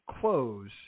close